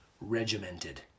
regimented